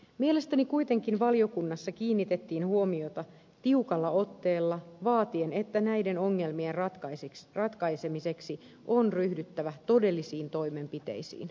mielestäni kuitenkin valiokunnassa kiinnitettiin näihin ongelmiin huomiota tiukalla otteella vaatien että niiden ratkaisemiseksi on ryhdyttävä todellisiin toimenpiteisiin